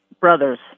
brothers